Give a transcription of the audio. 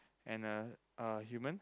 and a uh human